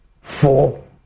four